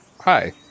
hi